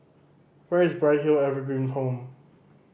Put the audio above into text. where is Bright Hill Evergreen Home